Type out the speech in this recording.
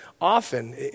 often